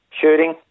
shooting